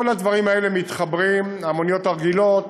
כל הדברים האלה מתחברים, המוניות הרגילות,